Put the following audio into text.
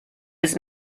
his